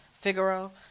Figaro